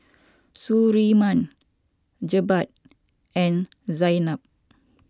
Surinam Jebat and Zaynab